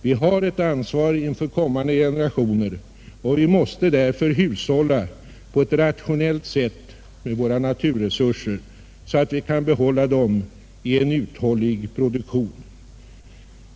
Vi har ett ansvar inför kommande generationer, och vi måste därför hushålla på ett rationellt sätt med våra naturresurser, så att vi kan behålla dem i en uthållig produktion.